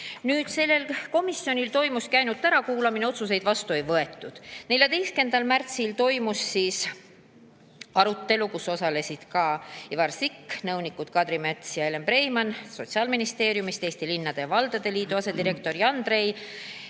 Sellel komisjoni istungil toimuski ainult ärakuulamine, otsuseid vastu ei võetud. 14. märtsil toimus arutelu, kus osalesid ka Ivar Sikk, nõunikud Kadri Mets ja Elen Preimann Sotsiaalministeeriumist ning Eesti Linnade ja Valdade Liidu asedirektor Jan Trei